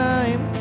Time